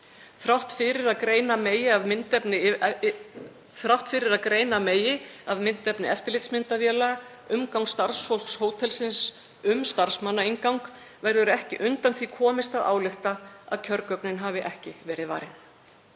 Þrátt fyrir að greina megi af myndefni eftirlitsmyndavéla umgang starfsfólks hótelsins um starfsmannainngang verður ekki hjá því komist að álykta að kjörgögnin hafi ekki verið varin.